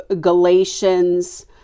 Galatians